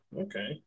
Okay